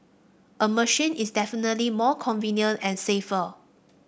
a machine is definitely more convenient and safer